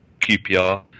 QPR